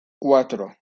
cuatro